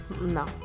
No